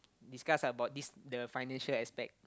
discuss about this the financial aspect